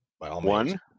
one